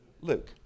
Luke